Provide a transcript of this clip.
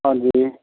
ਹਾਂਜੀ